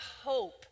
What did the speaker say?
hope